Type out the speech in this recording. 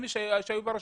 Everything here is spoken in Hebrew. שאלה 2,000 שהיו ברשימות.